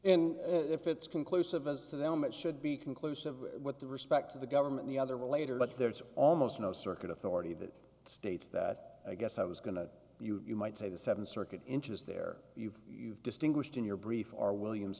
and if it's conclusive as to them it should be conclusive what the respect of the government the other related but there is almost no circuit authority that states that i guess i was going to you you might say the seven circuit interest there you've you've distinguished in your brief or williams